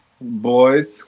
boys